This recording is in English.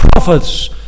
prophets